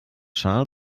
schal